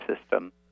system